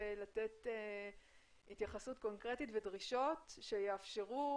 לתת התייחסות קונקרטית ודרישות שיאפשרו